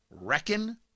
Reckon